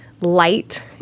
light